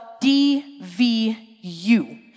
D-V-U